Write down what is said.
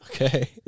Okay